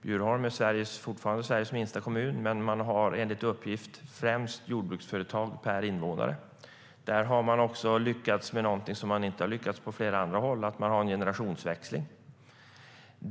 Bjurholm är fortfarande Sveriges minsta kommun men har enligt uppgift flest jordbruksföretag per invånare. Där har man lyckats med något som man inte lyckats med på många andra håll, nämligen generationsväxling.